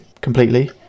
completely